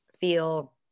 feel